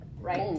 right